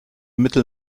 mittel